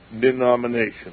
denomination